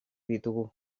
ditugu